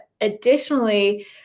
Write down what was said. additionally